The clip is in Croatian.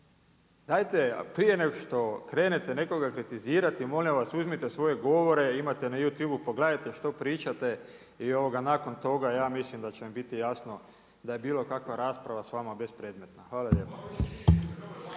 Dajte, prije nego što krenete nekoga kritizirati, molim vas uzmite svoje govore, imate na YouTube pogledajte što pričate i nakon toga ja mislim da će vam biti jasno, da je bilo kakva rasprava s vama bez predmeta. Hvala lijepo.